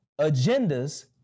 agendas